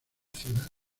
ciudad